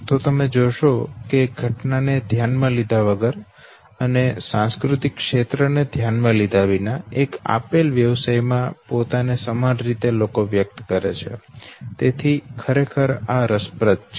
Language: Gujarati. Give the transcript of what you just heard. તો તમે જોશો કે ઘટના ને ધ્યાનમાં લીધા વગર અને સાંસ્કૃતિક ક્ષેત્ર ને ધ્યાનમાં લીધા વિના એક આપેલ વ્યવસાય માં લોકો પોતાને સમાન રીતે વ્યક્ત કરે છે તેથી આ ખરેખર રસપ્રદ છે